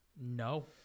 No